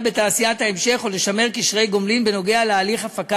בתעשיית ההמשך ולשמר קשרי גומלין בכל הקשור